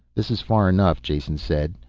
this is far enough, jason said.